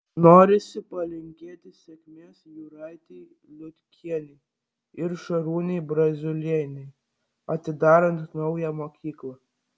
norisi palinkėti sėkmės jūratei liutkienei ir šarūnei braziulienei atidarant naują mokyklą